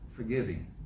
forgiving